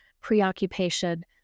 preoccupation